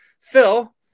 Phil